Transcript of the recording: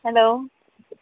hello